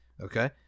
okay